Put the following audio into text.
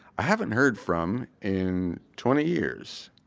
i haven't heard from in twenty years